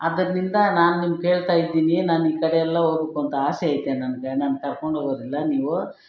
ಅದ್ರಿಂದ ನಾನು ನಿಮ್ಗ್ ಹೇಳ್ತಾ ಇದ್ದೀನಿ ನಾನು ಈ ಕಡೆ ಎಲ್ಲ ಹೋಗ್ಬೇಕಂತ ಆಸೆ ಐತೆ ನನಗೆ ನನ್ನ ಕರ್ಕೊಂಡು ಹೋಗೋದಿಲ್ಲ ನೀವು